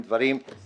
שזה ברור.